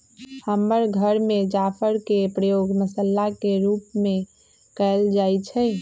हमर घर में जाफर के प्रयोग मसल्ला के रूप में कएल जाइ छइ